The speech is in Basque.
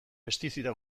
pestizida